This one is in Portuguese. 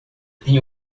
tinha